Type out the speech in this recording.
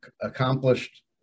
accomplished